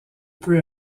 peu